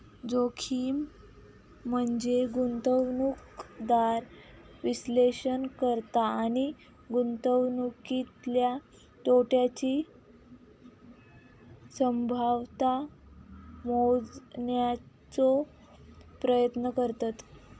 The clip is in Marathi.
जोखीम म्हनजे गुंतवणूकदार विश्लेषण करता आणि गुंतवणुकीतल्या तोट्याची संभाव्यता मोजण्याचो प्रयत्न करतत